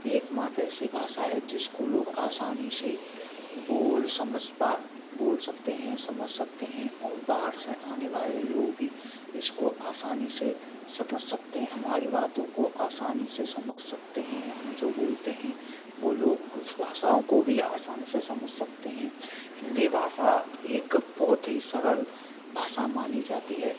एक मात्र ऐसी भाषा है जिसको लोग आसानी से बोल समझ पा बोल सकते हैं समझ सकते हैं और बाहर से आने वाले लोग भी इसको आसानी से समझ सकते हैं हमारी बातों को आसानी से समझ सकते हैं हम जो बोलते हैं वह लोग उस भाषाओं को भी आसानी से समझ सकते हैं हिंदी भाषा एक बहुत ही सरल भाषा मानी जाती है